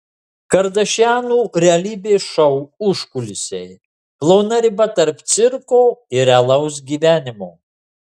kardašianų realybės šou užkulisiai plona riba tarp cirko ir realaus gyvenimo